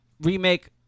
remake